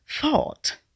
thought